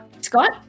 Scott